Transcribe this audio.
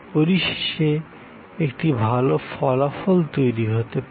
পরিশেষে একটি ভাল ফলাফল তৈরি হতে পারে